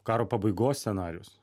karo pabaigos scenarijus